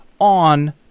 on